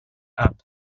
app